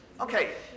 Okay